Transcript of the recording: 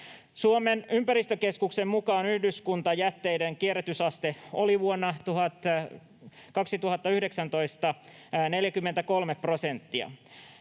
Suomen ympäristökeskuksen mukaan yhdyskuntajätteiden kierrätysaste oli 43 prosenttia